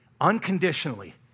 unconditionally